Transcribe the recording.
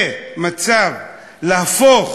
זה מצב, להפוך